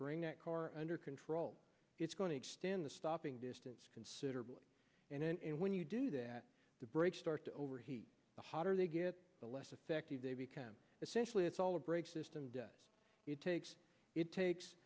bring that car under control it's going to extend the stopping distance considerably and when you do that the brakes start to overheat the hotter they get the less effective they become essentially it's all a brake system does it takes it takes